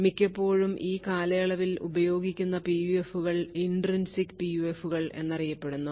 മിക്കപ്പോഴും ഈ കാലയളവിൽ ഉപയോഗിക്കുന്ന PUFകൾ intrinsic PUFകൾ എന്നറിയപ്പെടുന്നു